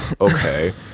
okay